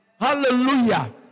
Hallelujah